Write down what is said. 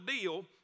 deal